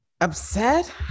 upset